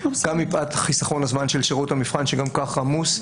גם מפאת חיסכון הזמן של שירות המבחן שגם ככה עמוס,